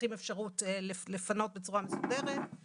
שצריכים אפשרות לפנות בצורה מסודרת.